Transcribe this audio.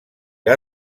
que